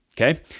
Okay